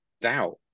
doubt